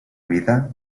vida